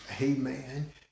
amen